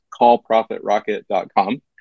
CallProfitRocket.com